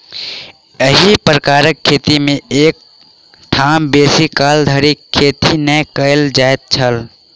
एही प्रकारक खेती मे एक ठाम बेसी काल धरि खेती नै कयल जाइत छल